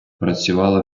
працювала